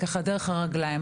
דרך הרגליים.